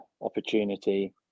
opportunity